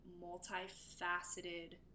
multi-faceted